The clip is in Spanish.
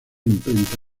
imprenta